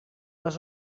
les